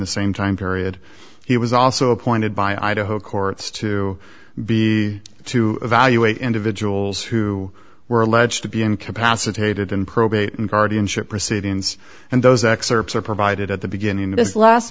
the same time period he was also appointed by idaho courts to be to evaluate individuals who were alleged to be incapacitated in probate and guardianship proceedings and those excerpts are provided at the beginning this last